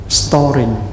storing